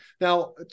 Now